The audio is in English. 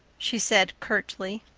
she said curtly.